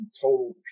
total